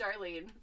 Darlene